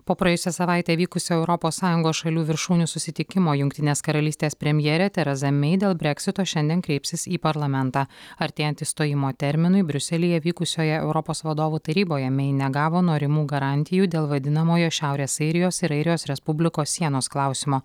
po praėjusią savaitę vykusio europos sąjungos šalių viršūnių susitikimo jungtinės karalystės premjerė teraza mei dėl breksito šiandien kreipsis į parlamentą artėjant išstojimo terminui briuselyje vykusioje europos vadovų taryboje mei negavo norimų garantijų dėl vadinamojo šiaurės airijos ir airijos respublikos sienos klausimo